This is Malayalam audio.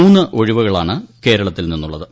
മൂന്ന് ഒഴിവാണ് കേരളത്തിൽ നിന്നുള്ളത്